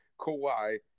Kawhi